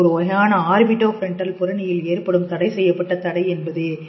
இது ஒருவகையான orbitofrontal புறணியில் ஏற்படும் தடை செய்யப்பட்ட தடை என்பதே